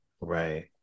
Right